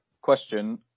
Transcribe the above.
question